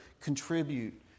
contribute